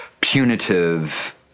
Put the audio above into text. punitive